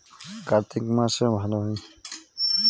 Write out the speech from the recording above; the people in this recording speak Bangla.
কার্তিক মাসে ভালো হয়?